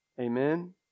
Amen